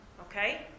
Okay